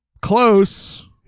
Close